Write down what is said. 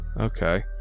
Okay